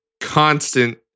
constant